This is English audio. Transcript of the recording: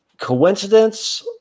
coincidence